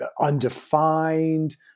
undefined